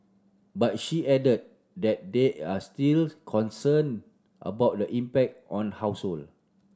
but she added that there are still concern about the impact on household